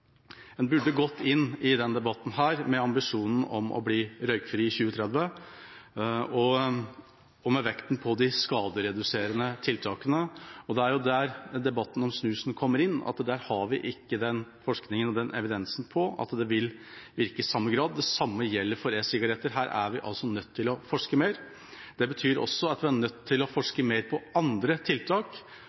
debatten med en ambisjon om å bli røykfri i 2030 og med vekt på de skadereduserende tiltakene. Det er der debatten om snus kommer inn. Der har vi ikke den forskningen og den evidensen på at det vil virke i samme grad. Det samme gjelder for e-sigaretter. Her er vi nødt til å forske mer. Det betyr at vi også er nødt til å forske mer på andre tiltak